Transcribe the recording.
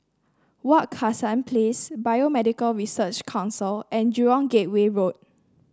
Wak Hassan Place Biomedical Research Council and Jurong Gateway Road